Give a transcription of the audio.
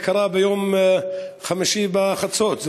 זה קרה ביום חמישי בחצות.